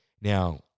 Now